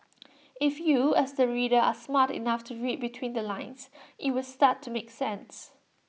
if you as the reader are smart enough to read between the lines IT would start to make sense